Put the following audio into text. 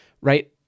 Right